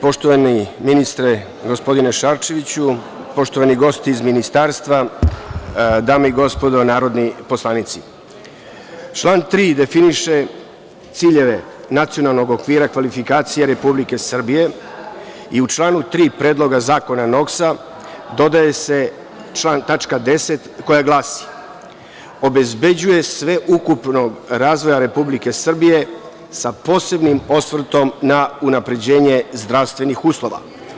Poštovani ministre gospodine Šarčeviću, poštovani gosti iz Ministarstva, dame i gospodo narodni poslanici, član 3. definiše ciljeve Nacionalnog okvira kvalifikacija Republike Srbije i u članu 3. Predloga zakona NOKS-a dodaje se tačka 10. koja glasi: „obezbeđivanje sveukupnog razvoja Republike Srbije sa posebnim osvrtom na unapređenje zdravstvenih uslova“